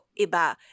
Iba